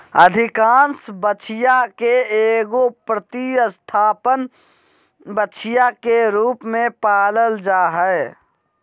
अधिकांश बछिया के एगो प्रतिस्थापन बछिया के रूप में पालल जा हइ